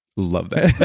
love that,